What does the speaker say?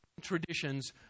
traditions